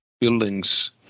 buildings